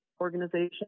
organization